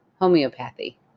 Homeopathy